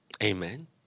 Amen